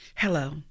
Hello